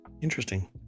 interesting